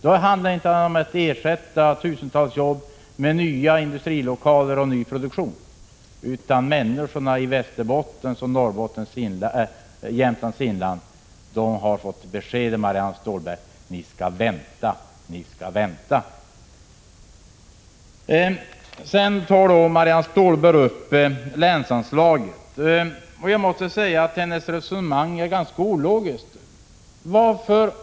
Det handlar inte heller om att ersätta tusentals jobb med nya industrilokaler och ny produktion. Människorna i Västerbottens och Jämtlands inland har i stället fått beskedet av Marianne Stålberg: Ni skall vänta. Vidare tog Marianne Stålberg upp länsanslaget. Hennes resonemang är ganska ologiskt.